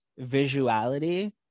visuality